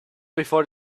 before